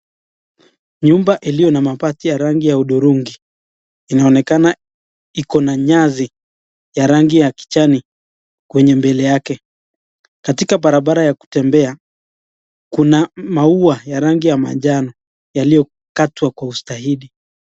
Nyumba iliyo na mabati ya rangi ya hudhurungi inaonekana iko na nyasi ya rangi ya kijani kwenye mbele yake, katika barabara ya kutembea kuna maua ya rangi ya manjano yaliyokatwa kwa ustahili.